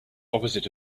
opposite